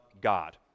God